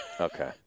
Okay